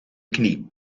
knie